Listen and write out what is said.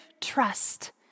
trust